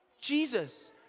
Jesus